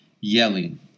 yelling